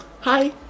hi